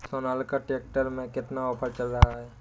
Sonalika tractor में कितना offer चल रहा है?